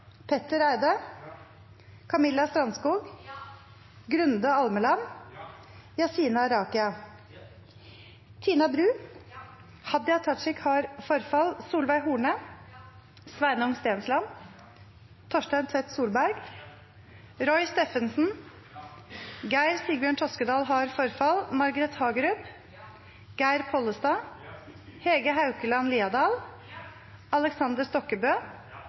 Petter Eide, Camilla Strandskog, Grunde Almeland, Yassine Arakia, Tina Bru, Solveig Horne, Sveinung Stensland, Torstein Tvedt Solberg, Roy Steffensen, Margret Hagerup, Geir Pollestad, Hege Haukeland Liadal, Aleksander Stokkebø,